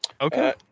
Okay